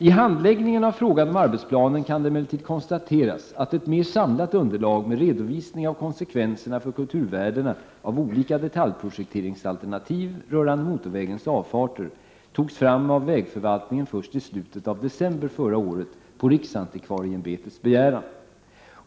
I handläggningen av frågan om arbetsplanen kan det emellertid konstateras, att ett mer samlat underlag med redovisning av konsekvenserna för kulturvärdena av olika detaljprojekteringsalternativ rörande motorvägens avfarter togs fram av vägförvaltningen först i slutet av december förra året på riksantikvarieämbetets begäran.